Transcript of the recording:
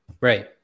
Right